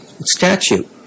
statute